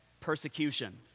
persecution